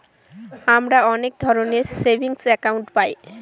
আমরা অনেক ধরনের সেভিংস একাউন্ট পায়